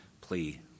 plea